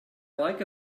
like